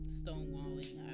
stonewalling